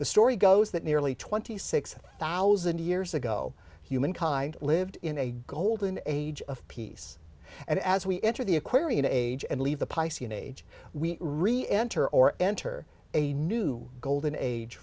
the story goes that nearly twenty six thousand years ago humankind lived in a golden age of peace and as we enter the aquarian age and leave the piscean age we re enter or enter a new golden age